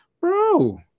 bro